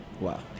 Wow